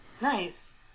Nice